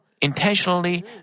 intentionally